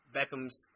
Beckham's